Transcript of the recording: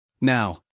Now